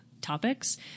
topics